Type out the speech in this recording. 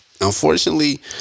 Unfortunately